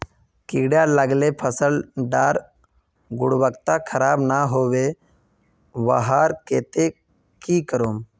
कीड़ा लगाले फसल डार गुणवत्ता खराब ना होबे वहार केते की करूम?